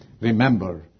Remember